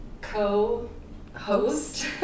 co-host